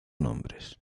nombres